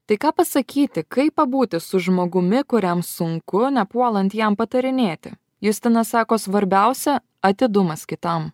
tai ką pasakyti kaip pabūti su žmogumi kuriam sunku nepuolant jam patarinėti justina sako svarbiausia atidumas kitam